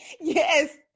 yes